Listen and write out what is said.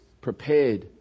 prepared